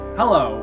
hello